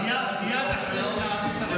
מייד לאחר שנעביר את,